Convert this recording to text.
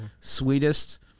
sweetest